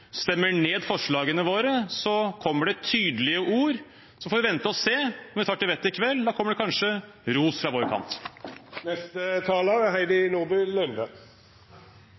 stemmer ned forslagene våre, kommer det tydelige ord. Så får vi vente og se om man tar til vettet i kveld – da kommer det kanskje ros fra